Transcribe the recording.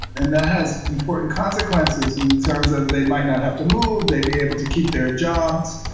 and that has important consequences in terms of they might not have to move, they'd be able to keep their jobs,